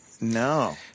No